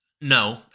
no